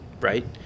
right